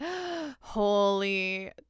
Holy